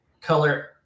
color